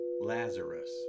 Lazarus